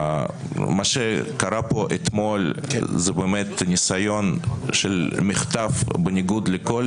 מה שקרה פה אתמול זה באמת ניסיון של מחטף בניגוד לכל